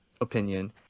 opinion